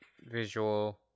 visual